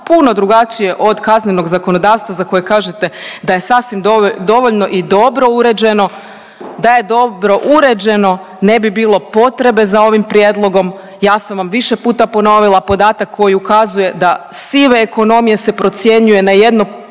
puno drugačije od kaznenog zakonodavstva za kojeg kažete da je sasvim dovoljno i dobro uređeno. Da je dobro uređeno ne bi bilo potrebe za ovim prijedlogom. Ja sam vam više puta ponovila podatak koji ukazuje da sive ekonomije se procjenjuje na 1/3